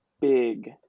big